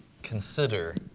consider